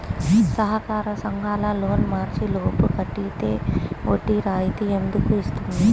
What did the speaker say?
సహకార సంఘాల loan March లోపు కట్టితే వడ్డీ రాయితీ ఎందుకు ఇస్తుంది?